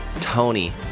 Tony